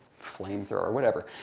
flame thrower, whatever.